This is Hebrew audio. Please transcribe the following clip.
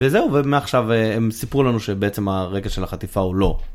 וזהו, ומעכשיו הם סיפרו לנו שבעצם הרגש של החטיפה הוא לא.